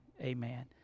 Amen